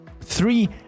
three